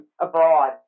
abroad